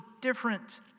different